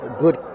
Good